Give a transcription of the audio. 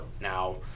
Now